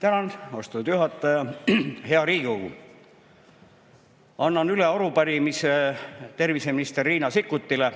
Tänan, austatud juhataja! Hea Riigikogu! Annan üle arupärimise terviseminister Riina Sikkutile,